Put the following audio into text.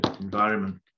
environment